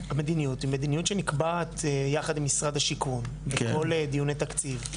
המדיניות היא מדיניות שנקבעת ביחד עם משרד השיכון בכל דיוני תקציב.